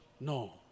no